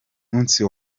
munsi